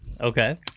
Okay